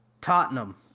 Tottenham